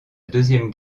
deuxième